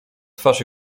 twarz